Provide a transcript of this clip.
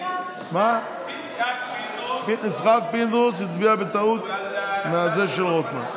יצחק פינדרוס הצביע בטעות מהמקום של רוטמן.